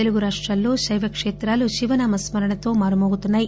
తెలుగు రాష్టాల్లో శైవ కేత్రాలు శివనామస్మరణతో మారుమోగుతున్నాయి